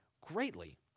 greatly